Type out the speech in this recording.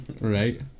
Right